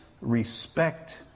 respect